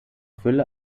fülle